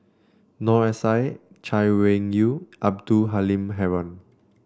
Noor S I Chay Weng Yew Abdul Halim Haron